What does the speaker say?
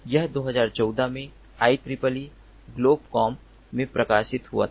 यह 2014 में IEEE Globecom में प्रकाशित हुआ था